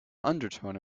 undertone